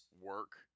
work